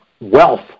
wealth